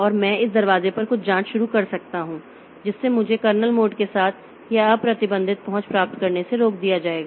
और मैं इस दरवाजे पर कुछ जाँच शुरू कर सकता हूँ जिससे मुझे कर्नेल मोड के साथ यह अप्रतिबंधित पहुँच प्राप्त करने से रोक दिया जाएगा